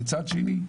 מצד שני,